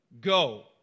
Go